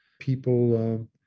people